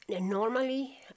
normally